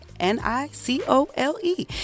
N-I-C-O-L-E